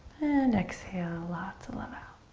and exhale, lots of love out.